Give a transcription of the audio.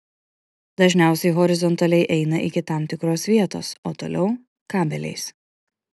dažniausiai horizontaliai eina iki tam tikros vietos o toliau kabeliais